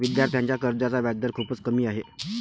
विद्यार्थ्यांच्या कर्जाचा व्याजदर खूपच कमी आहे